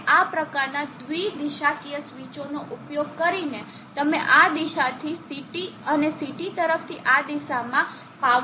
અને આ પ્રકારના દ્વિ દિશાકીય સ્વીચોનો ઉપયોગ કરીને તમે આ દિશાથી CT અને CT તરફથી આ દિશામાં પાવર ફ્લો બનાવી શકશો